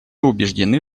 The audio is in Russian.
убеждены